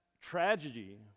tragedy